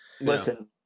Listen